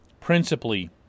principally